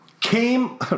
came